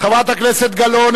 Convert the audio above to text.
חברת הכנסת גלאון,